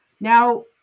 Now